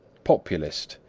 populist,